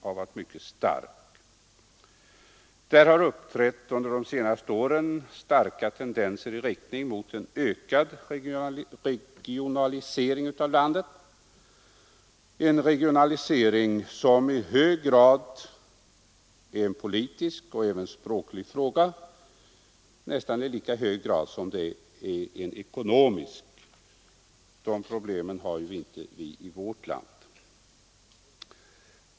Under de senaste åren har starka tendenser uppträtt i riktning mot ökad regionalisering av landet, en regionalisering som i lika hög grad är en politisk och språklig fråga som en ekonomisk. Sådana problem har vi inte i vårt land.